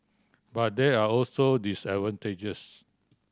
but there are also disadvantages